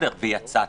ויצאת,